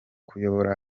kuyobora